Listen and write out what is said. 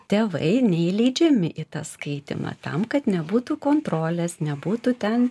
tėvai neįleidžiami į tą skaitymą tam kad nebūtų kontrolės nebūtų ten